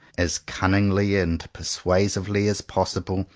as cunningly and persuasively as possible,